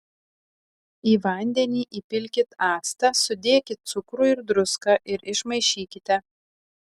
į vandenį įpilkit actą sudėkit cukrų ir druską ir išmaišykite